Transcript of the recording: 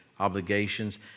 obligations